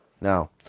Now